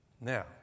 Now